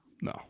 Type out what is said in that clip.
No